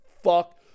Fuck